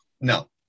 no